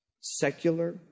secular